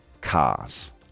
cars